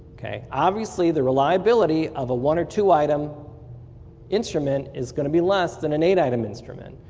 obviously the reliability of a one or two item instrument is going to be less than an eight item instrument.